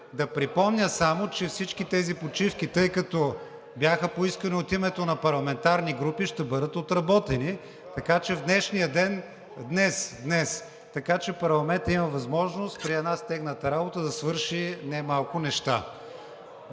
Да припомня само, че всички тези почивки, тъй като бяха поискани от името на парламентарни групи, ще бъдат отработени… (Реплика: „Кога?“) В днешния ден, днес, така че парламентът има възможност при една стегната работа да свърши немалко неща.